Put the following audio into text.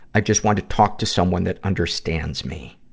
i just want to talk to someone that understands me.